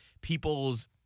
people's